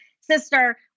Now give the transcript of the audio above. sister